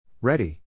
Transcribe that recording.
Ready